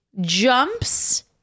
jumps